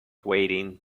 waiting